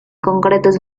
concretos